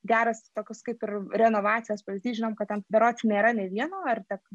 geras toks kaip ir renovacijos pavyzdys žinom kad ten berods nėra nei vieno ar tik